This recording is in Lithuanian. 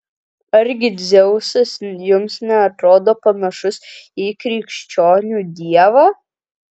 argi dzeusas jums neatrodo panašus į krikščionių dievą